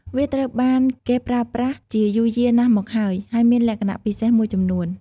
វាត្រូវបានគេប្រើប្រាស់ជាយូរយារណាស់មកហើយ ហើយមានលក្ខណៈពិសេសមួយចំនួន។